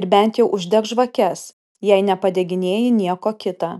ir bent jau uždek žvakes jei nepadeginėji nieko kita